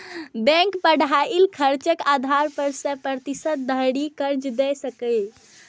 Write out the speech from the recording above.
bank पढ़ाइक खर्चक आधार पर सय प्रतिशत धरि कर्ज दए सकैए